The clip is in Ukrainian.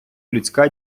людська